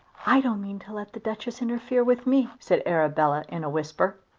i don't mean to let the duchess interfere with me, said arabella in a whisper.